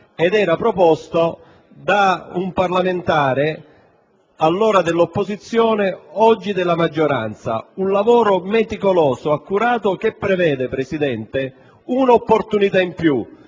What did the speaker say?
ed era stato proposto da un parlamentare allora dell'opposizione, oggi della maggioranza. Un lavoro meticoloso e accurato che prevede, signor Presidente, una opportunità in più,